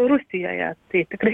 rusijoje tai tikrai